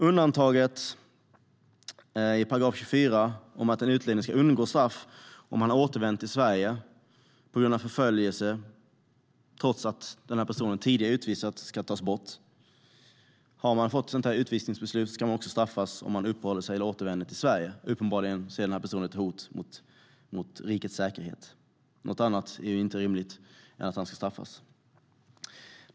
Undantaget i 24 § om att en utlänning ska undgå straff om han har återvänt till Sverige på grund av förföljelse, trots att personen tidigare har utvisats, ska tas bort. Om man har fått ett utvisningsbeslut ska man också straffas om man uppehåller sig i eller återvänder till Sverige. Uppenbarligen är personen ett hot mot rikets säkerhet, och något annat än att han ska straffas är inte rimligt.